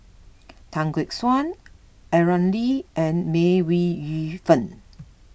Tan Gek Suan Aaron Lee and May Yu Fen